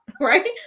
right